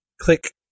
Click